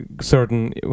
certain